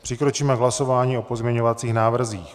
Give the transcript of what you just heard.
Přikročíme k hlasování o pozměňovacích návrzích.